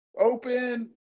open